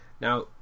now